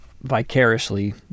vicariously